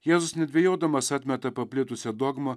jėzus nedvejodamas atmeta paplitusią dogmą